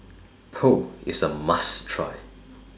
Pho IS A must Try